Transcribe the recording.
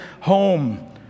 home